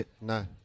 no